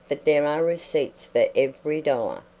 but there are receipts for every dollar,